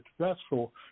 successful